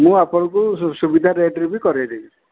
ମୁଁ ଆପଣଙ୍କୁ ସୁବିଧା ରେଟ୍ରେ ବି କରାଇଦେବି